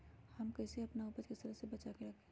हम कईसे अपना उपज के सरद से बचा के रखी?